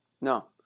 No